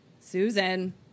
Susan